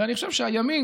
ואני חושב שהימין,